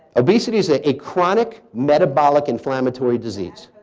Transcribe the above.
obesity is a a chronic, metabolic inflammatory disease.